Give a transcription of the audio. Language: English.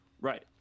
Right